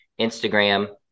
Instagram